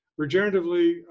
regeneratively